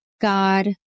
God